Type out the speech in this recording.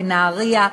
בנהרייה.